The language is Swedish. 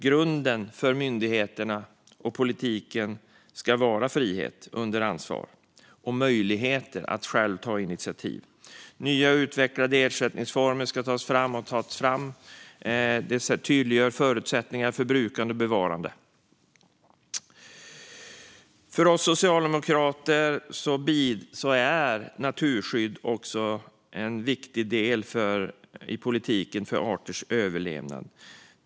Grunden för myndigheterna och politiken ska vara frihet under ansvar och möjligheter att själv ta initiativ. Nya och utvecklade ersättningsformer ska tas fram och har tagits fram. Dessa tydliggör förutsättningar för brukande och bevarande. För oss socialdemokrater är naturskydd en viktig del i politiken för arters överlevnad.